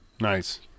Nice